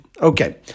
Okay